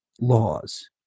laws